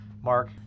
Mark